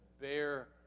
bear